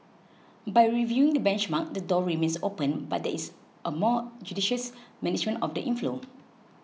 by reviewing the benchmark the door remains open but there is a more judicious management of the inflow